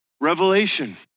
revelation